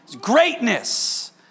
Greatness